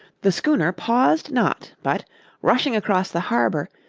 the schooner paused not, but rushing across the harbour,